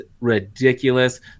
ridiculous